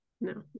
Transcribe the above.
No